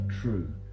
true